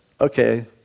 okay